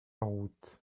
route